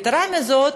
יתרה מזאת,